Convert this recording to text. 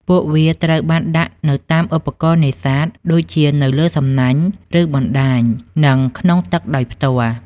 ពួកវាត្រូវបានដាក់នៅតាមឧបករណ៍នេសាទ ដូចជានៅលើសំណាញ់ ឬបណ្ដាញ និងក្នុងទឹកដោយផ្ទាល់។